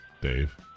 Dave